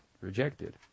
Rejected